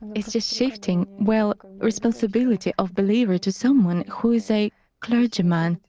it's just shifting well, responsibility of believer to someone who is a clergyman,